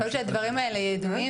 הדברים האלה ידועים